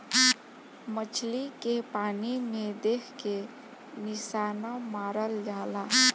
मछली के पानी में देख के निशाना मारल जाला